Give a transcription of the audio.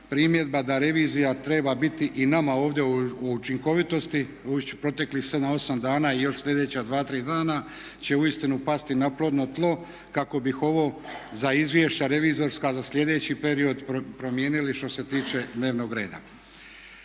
primjedba da revizija treba biti i nama ovdje o učinkovitosti u proteklih 7, 8 dana i još slijedeća 2, 3 dana će uistinu pasti na plodno tlo kako bi ovo za izvješća revizorska za slijedeći period promijenili što se tiče dnevnog reda.